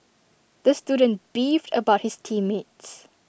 the student beefed about his team mates